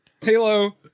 Halo